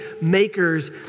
makers